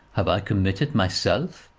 have i committed myself?